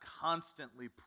constantly